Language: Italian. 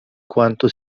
quanto